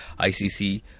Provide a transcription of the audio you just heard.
ICC